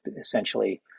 essentially